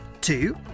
Two